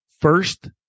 first